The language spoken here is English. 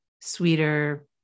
sweeter